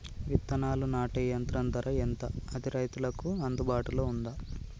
విత్తనాలు నాటే యంత్రం ధర ఎంత అది రైతులకు అందుబాటులో ఉందా?